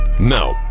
Now